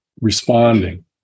responding